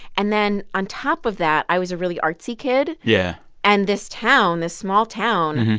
and then, on top of that, i was a really artsy kid yeah and this town, this small town,